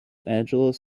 angeles